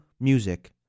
music